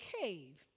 cave